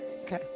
Okay